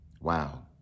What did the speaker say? Wow